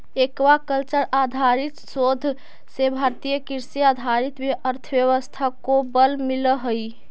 aquacultural आधारित शोध से भारतीय कृषि आधारित अर्थव्यवस्था को बल मिलअ हई